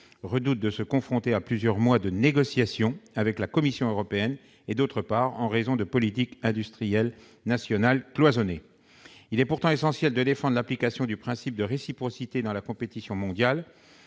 -redoutent d'engager plusieurs mois de négociation avec la Commission européenne et, d'autre part, en raison de politiques industrielles nationales cloisonnées. Il est pourtant essentiel de défendre l'application du principe de réciprocité dans la compétition mondiale.